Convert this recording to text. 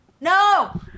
No